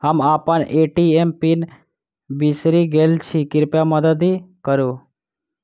हम अप्पन ATM PIN बिसरि गेल छी कृपया मददि करू